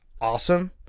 awesome